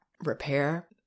repair